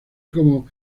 como